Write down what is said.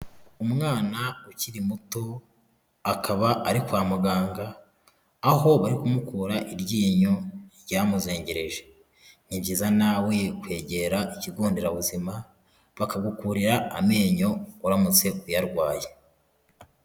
Umwana ukiri muto akaba ari kwa muganga aho bari kumukura iryinyo ryamuzengereje, ni byiza nawe kwegera ikigo nderabuzima bakagukurira amenyo uramutse uyarwaye.